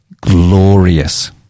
glorious